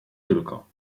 tylko